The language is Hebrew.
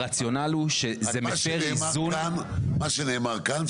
רק מה שנאמר כאן,